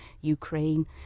Ukraine